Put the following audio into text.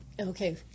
Okay